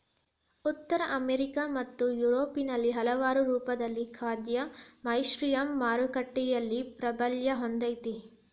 ಉತ್ತರ ಅಮೆರಿಕಾ ಮತ್ತು ಯುರೋಪ್ನಲ್ಲಿ ಹಲವಾರು ರೂಪಗಳಲ್ಲಿ ಖಾದ್ಯ ಮಶ್ರೂಮ್ ಮಾರುಕಟ್ಟೆಯಲ್ಲಿ ಪ್ರಾಬಲ್ಯ ಹೊಂದಿದೆ